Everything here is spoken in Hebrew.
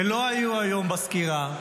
שלא היו היום בסקירה,